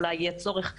אולי יהיה צורך חדש,